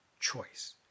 choice